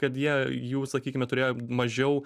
kad jie jų sakykime turėjo mažiau